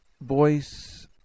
voice